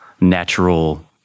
natural